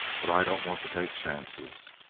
but i don't want to take chances.